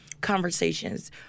Conversations